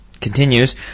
Continues